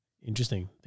Interesting